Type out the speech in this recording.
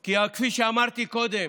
כי כפי שאמרתי קודם,